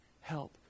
help